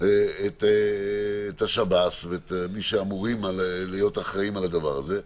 את השב"ס ואת מי שאמורים להיות אחראים על הדבר הזה,